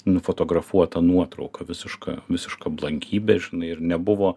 nufotografuotą nuotrauką visiška visiška blankybė žinai ir nebuvo